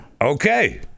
Okay